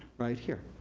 right here.